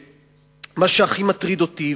שמה שהכי מטריד אותי,